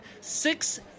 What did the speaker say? Six